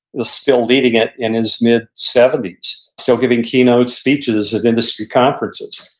was still leading it in his mid seventies. still giving keynote speeches at industry conferences.